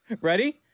Ready